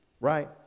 right